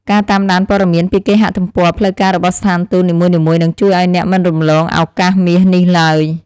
ការតាមដានព័ត៌មានពីគេហទំព័រផ្លូវការរបស់ស្ថានទូតនីមួយៗនឹងជួយឱ្យអ្នកមិនរំលងឱកាសមាសនេះឡើយ។